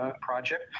project